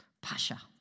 Pasha